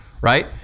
right